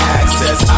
access